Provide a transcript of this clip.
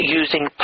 using